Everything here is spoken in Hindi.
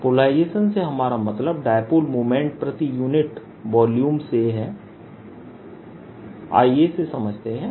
पोलराइजेशन से हमारा मतलब है डायपोल मोमेंट प्रति यूनिट वॉल्यूम से है आइए इसे समझते हैं